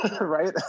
Right